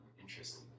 Interesting